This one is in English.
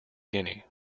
guinea